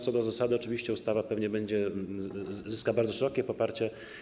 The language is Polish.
Co do zasady oczywiście ustawa pewnie zyska bardzo szerokie poparcie.